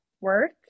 work